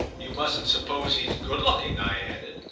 you mustn't suppose he's good-looking, i added.